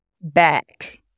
back